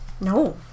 no